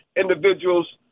individuals